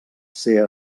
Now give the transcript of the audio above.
ser